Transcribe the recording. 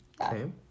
Okay